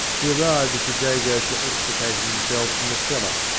he arrived as the jagos were extricating them selves from the cellar,